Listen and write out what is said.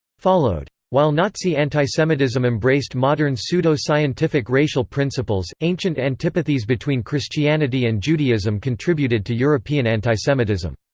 followed. while nazi antisemitism embraced modern pseudo-scientific racial principles, ancient antipathies between christianity and judaism contributed to european antisemitism.